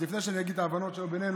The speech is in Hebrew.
אז לפני שאני אגיד את ההבנות שבינינו,